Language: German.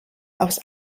aus